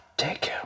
take